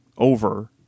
over